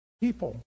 people